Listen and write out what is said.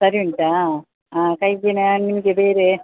ಸರಿ ಉಂಟಾ ಹಾಂ ಕೈಗೆ ನಾನು ನಿಮಗೆ ಬೇರೆ